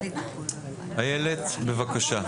איילת, בבקשה.